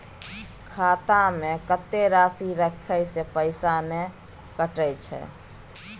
खाता में कत्ते राशि रखे से पैसा ने कटै छै?